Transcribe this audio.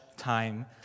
time